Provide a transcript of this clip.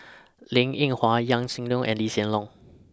Linn in Hua Yaw Shin Leong and Lee Hsien Loong